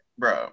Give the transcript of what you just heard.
bro